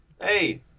Hey